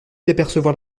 d’apercevoir